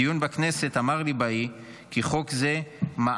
בדיון בכנסת אמר ליבאי כי חוק זה מעניק